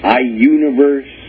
iUniverse